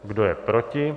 Kdo je proti?